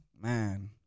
man